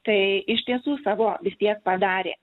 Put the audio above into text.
tai iš tiesų savo vis tiek padarė